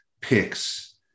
picks